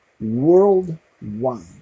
Worldwide